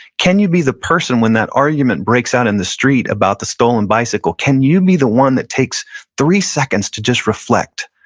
can you be the person, when that argument breaks out in the street about the stolen bicycle, can you be the one that takes three seconds to just reflect,